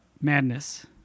Madness